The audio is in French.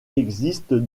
existe